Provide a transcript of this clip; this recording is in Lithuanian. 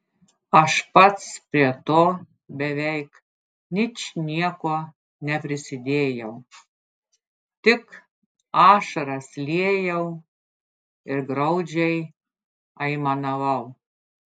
aš pats prie to beveik ničnieko neprisidėjau tik ašaras liejau ir graudžiai aimanavau